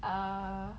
err